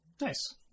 Nice